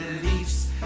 beliefs